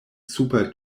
super